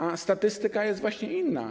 A statystyka jest właśnie inna.